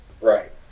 Right